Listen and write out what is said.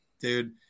Dude